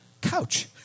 couch